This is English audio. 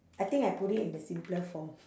I think I put it in the simpler form